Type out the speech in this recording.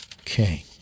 Okay